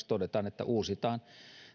todetaan että uusitaan